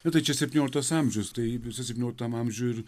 bet tai čia septynioliktas amžius tai visą septynioliktam amžiuj ir